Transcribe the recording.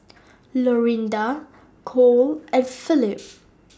Lorinda Kole and Phillip